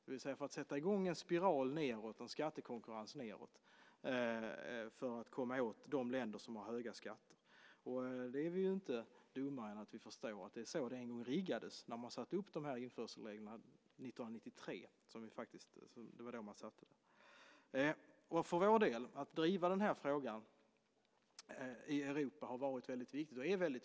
Det är för att sätta i gång en spiral nedåt, en skattekonkurrens nedåt, för att komma åt länder med höga skatter. Vi är inte dummare än att vi förstår att det är så det hela riggades när införselreglerna sattes upp 1993. Att driva frågan i Europa har varit, och är, viktigt för oss.